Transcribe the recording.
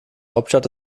hauptstadt